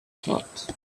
thought